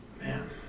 Man